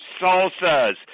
salsas